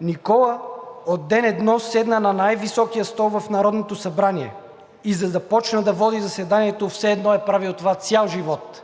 Никола от първия ден седна на най-високия стол в Народното събрание и започна да води заседанието все едно е правил това цял живот.